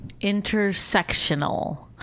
Intersectional